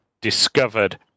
discovered